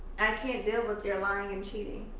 i can't deal with your lying and cheating.